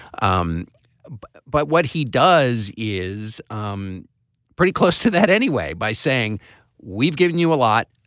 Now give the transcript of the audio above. um but what he does is um pretty close to that anyway by saying we've given you a lot.